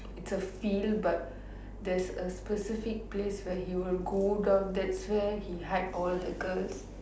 it's a feel but there's a specific place where he will go down that's where he hide all the girls